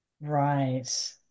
Right